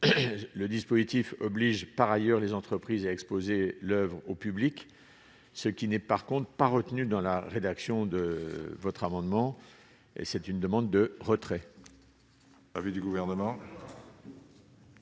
le dispositif oblige par ailleurs les entreprises à exposer l'oeuvre au public, ce qui n'est par contre pas retenu dans la rédaction de votre amendement et c'est une demande de retrait.